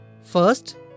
First